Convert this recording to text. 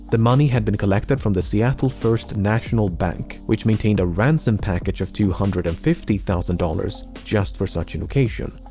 money had been collected from the seattle-first national bank, which maintained a ransom package of two hundred and fifty thousand dollars just for such an occasion.